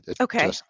Okay